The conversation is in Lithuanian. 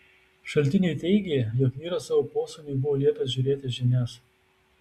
šaltiniai teigė jog vyras savo posūniui buvo liepęs žiūrėti žinias